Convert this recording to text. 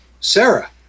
Sarah